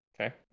okay